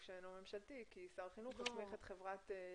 שאינו ממשלתי כי שר החינוך הסמיך איזושהי חברה.